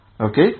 Okay